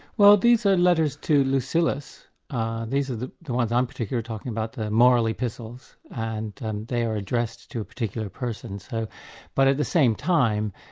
well these are letters to lucilius ah these are the the ones i'm particularly talking about, the moral epistles, and and they're addressed to a particular person. so but at the same time